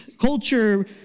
culture